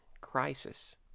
crisis